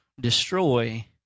destroy